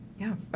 yeah. ah,